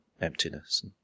emptiness